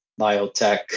biotech